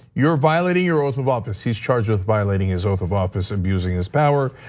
you're violating your oath of office. he's charged with violating his oath of office, abusing his power.